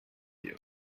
you